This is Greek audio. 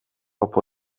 από